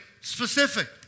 specific